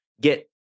get